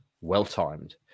well-timed